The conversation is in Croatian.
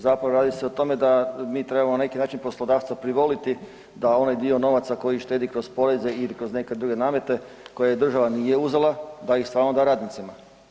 Zapravo radi se o tome da mi trebamo na neki način poslodavca privoliti da onaj dio novaca koji štedi kroz poreze ili kroz neke druge namete koje država nije uzela da ih stvarno da radnicima.